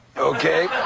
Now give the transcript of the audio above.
Okay